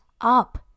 up